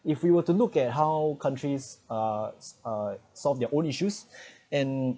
if we were to look at how countries uh it's uh solves of their own issues and